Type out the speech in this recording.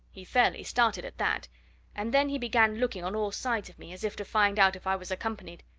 he fairly started at that and then he began looking on all sides of me, as if to find out if i was accompanied.